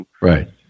Right